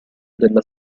della